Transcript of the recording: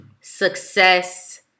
success